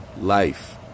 life